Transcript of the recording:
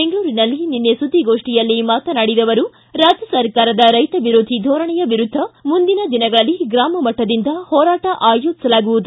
ಬೆಂಗಳೂರಿನಲ್ಲಿ ನಿನ್ನೆ ಸುದ್ದಿಗೋಷ್ಠಿಯಲ್ಲಿ ಮಾತನಾಡಿದ ಅವರು ರಾಜ್ಯ ಸರ್ಕಾರದ ರೈತ ವಿರೋಧಿ ಧೋರಣೆಯ ವಿರುದ್ಧ ಮುಂದಿನ ದಿನಗಳಲ್ಲಿ ಗ್ರಾಮ ಮಟ್ಟದಿಂದ ಹೋರಾಟ ಆಯೋಜಿಸಲಾಗುವುದು